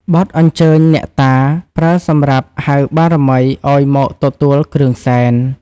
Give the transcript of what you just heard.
បទអញ្ជើញអ្នកតា ប្រើសម្រាប់ហៅបារមីឱ្យមកទទួលគ្រឿងសែន។